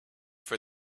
for